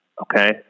Okay